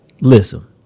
listen